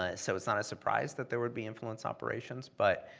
ah so it's not a surprise that there would be influence operations, but,